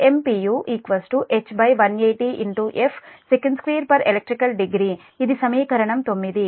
H180f sec2 elect degree ఇది సమీకరణం 9